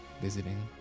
visiting